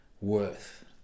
worth